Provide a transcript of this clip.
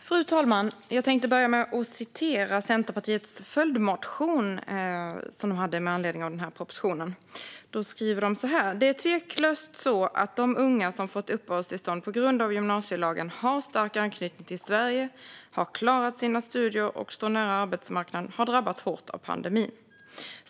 Fru talman! Jag tänkte börja med att citera ur Centerpartiets följdmotion med anledning av denna proposition. De skriver så här: "Det är tveklöst så att de unga som fått uppehållstillstånd på grund av gymnasielagen, har stark anknytning till Sverige, har klarat sina studier och står nära arbetsmarknaden, har drabbats hårt av pandemin.